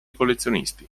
collezionisti